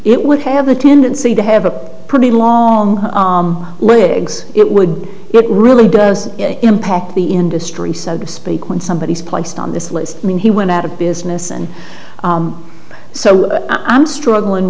it would have a tendency to have a pretty long legs it would it really does impact the industry so to speak when somebody is placed on this list i mean he went out of business and so i'm struggling